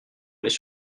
aller